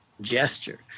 gesture